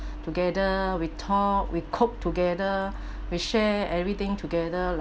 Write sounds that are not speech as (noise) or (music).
(breath) together we talk we cook together we share everything together